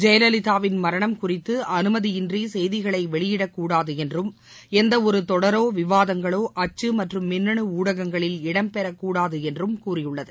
ஜெயலலிதாவின் மரணம் குறித்து அனுமதியின்றி செய்திகளை வெளியிடக்கூடாது என்றம் எந்தவொரு தொடரோ விவாதங்களோ அச்சு மற்றும் மின்னனு ஊடகங்களில் இடம்பெறக்கூடாது என்றம் கூறியுள்ளது